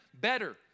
better